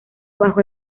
bajo